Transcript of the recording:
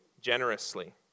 generously